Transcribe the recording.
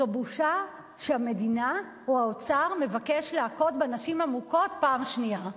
זו בושה שהמדינה או האוצר מבקש להכות בנשים המוכות פעם שנייה.